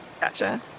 Gotcha